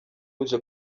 uje